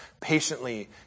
patiently